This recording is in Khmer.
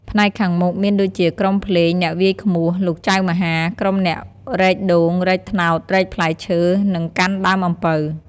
ផ្នែកខាងមុខ មានដូចជាក្រុមភ្លេង អ្នកវាយឃ្មោះ លោកចៅមហា ក្រុមអ្នករែកដូង រែកត្នោត រែកផ្លែឈើ និងកាន់ដើមអំពៅ។